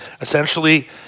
Essentially